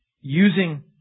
using